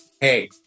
hey